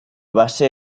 base